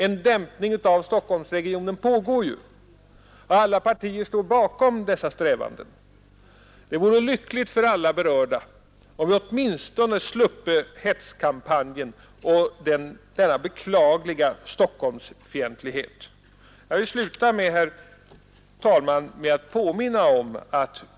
En dämpning av Stockholmsregionens expansion pågår ju, och alla partier står bakom dessa strävanden. Det vore lyckligt för alla berörda om vi åtminstone sluppe hetskampanjen och denna beklagliga Stockholmsfientlighet. Herr talman! Jag vill sluta med en påminnelse.